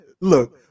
Look